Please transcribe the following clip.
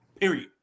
Period